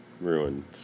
ruined